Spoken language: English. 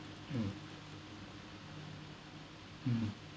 mm mm